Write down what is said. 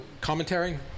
commentary